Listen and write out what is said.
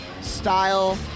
style